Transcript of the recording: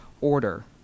order